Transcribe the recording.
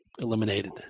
eliminated